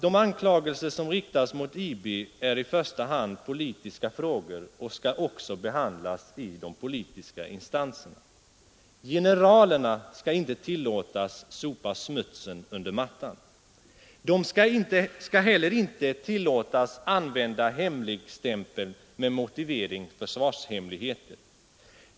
De anklagelser som riktas mot IB gäller i första hand politiska frågor och skall också behandlas i de politiska instanserna. Generalerna skall inte tillåtas sopa smutsen under mattan. De skall heller inte tillåtas använda hemligstämpeln med motiveringen ”försvarshemligheter”.